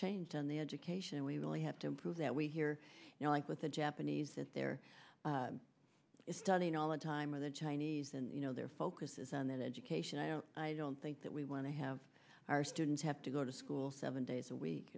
shortchanged on the education and we really have to improve that we hear you know like with the japanese that there is studying all the time or the chinese and you know their focus is on education i don't i don't think that we want to have our students have to go to school seven days a week